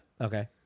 Okay